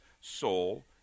soul